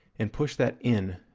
and push that in,